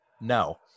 No